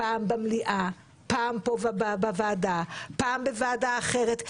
פעם במליאה, פעם פה בוועדה, פעם בוועדה אחרת.